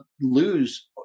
lose